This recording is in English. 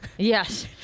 yes